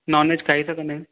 non veg खाई सघंदा आहियूं